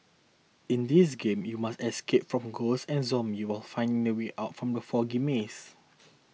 in this game you must escape from ghosts and zombies while finding the way out from the foggy maze